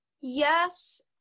Yes